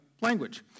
language